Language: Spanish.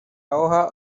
hoja